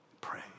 Pray